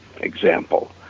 example